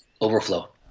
overflow